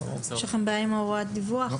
האם יש לכם בעיה עם הוראת הדיווח?